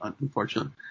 unfortunately